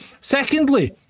Secondly